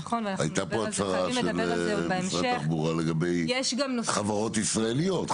הייתה פה הצהרה של משרד התחבורה לגבי חברות ישראליות,